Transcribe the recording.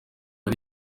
ari